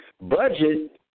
budget